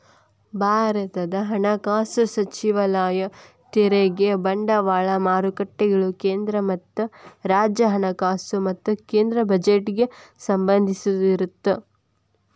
ಭಾರತದ ಹಣಕಾಸು ಸಚಿವಾಲಯ ತೆರಿಗೆ ಬಂಡವಾಳ ಮಾರುಕಟ್ಟೆಗಳು ಕೇಂದ್ರ ಮತ್ತ ರಾಜ್ಯ ಹಣಕಾಸು ಮತ್ತ ಕೇಂದ್ರ ಬಜೆಟ್ಗೆ ಸಂಬಂಧಿಸಿರತ್ತ